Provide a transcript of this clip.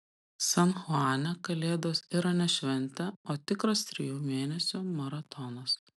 san chuane kalėdos yra ne šventė o tikras trijų mėnesių maratonas